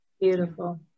Beautiful